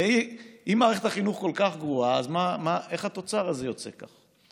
הרי אם מערכת החינוך כל כך גרועה אז איך התוצר הזה יוצא כך?